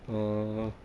(uh huh)